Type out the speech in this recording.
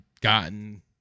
gotten